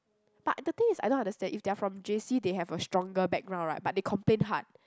but the thing is I don't understand if they are from J_C they have a stronger background right but they complain hard